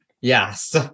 Yes